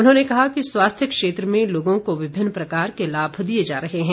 उन्होंने कहा कि स्वास्थ्य क्षेत्र में लोगों को विभिन्न प्रकार के लाम दिए जा रहे हैं